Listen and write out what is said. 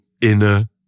inner